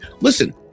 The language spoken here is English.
Listen